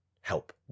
help